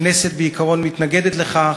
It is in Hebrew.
הכנסת, בעיקרון, מתנגדת לכך.